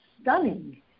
stunning